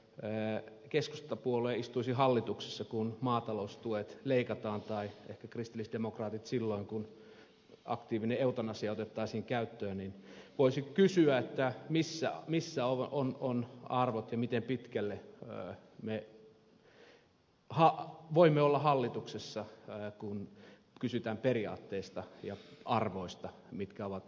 jos keskustapuolue istuisi hallituksessa kun maataloustuet leikataan tai ehkä kristillisdemokraatit silloin kun aktiivinen eutanasia otettaisiin käyttöön niin voisi kysyä missä ovat arvot ja miten pitkälle me voimme olla hallituksessa kun kysytään periaatteista ja arvoista jotka ovat kunkin puolueen keskiössä